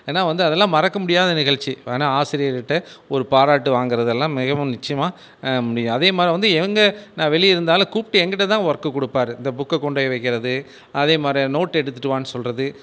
ஏன்னா வந்து அதெல்லாம் மறக்க முடியாத நிகழ்ச்சி ஆனால் ஆசிரியர் கிட்ட ஒரு பாராட்டு வாங்குவது எல்லாம் மிகவும் நிச்சயமாக அதே மாதிரி தான் வந்து நான் வெளியே இருந்தாலும் கூப்பிட்டு என்கிட்டே தான் வொர்க்கு கொடுப்பாரு இந்த புக்கை கொண்டு போய் வைக்கிறது அது மாதிரி நோட்டு எடுத்துட்டு வான்னு சொல்வது